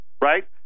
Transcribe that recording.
Right